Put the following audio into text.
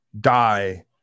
die